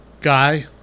guy